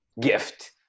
gift